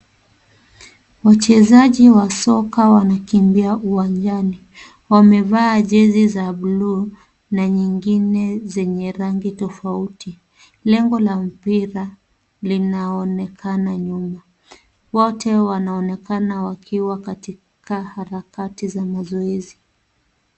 Wachezaji wa soka wanakimbia uwanjani. Wamevaa jezi za buluu na nyingine zenye rangi tofauti. Lengo la mpira linaonekana nyuma. Wote wanaonekana wakiwa katika harakati za uzuizi.